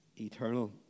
eternal